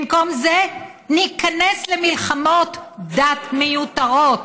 במקום זה ניכנס למלחמות דת מיותרות,